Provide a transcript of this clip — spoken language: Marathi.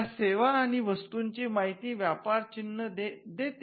त्या सेवा आणि वस्तूंची माहिती व्यापार चिन्ह देते